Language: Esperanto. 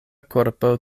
korpo